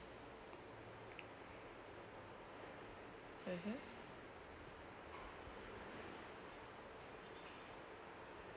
mmhmm